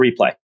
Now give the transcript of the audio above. replay